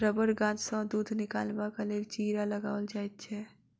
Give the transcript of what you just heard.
रबड़ गाछसँ दूध निकालबाक लेल चीरा लगाओल जाइत छै